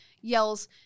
yells